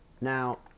Now